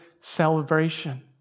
celebration